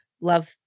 love